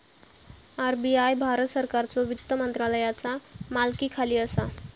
RBI Bharat सरकारच्यो वित्त मंत्रालयाचा मालकीखाली असा